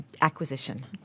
acquisition